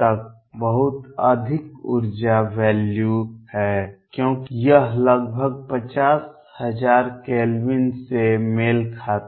तक बहुत अधिक ऊर्जा वैल्यू हैं क्योंकि यह लगभग 50000 केल्विन से मेल खाता है